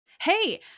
Hey